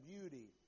beauty